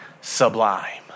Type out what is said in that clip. sublime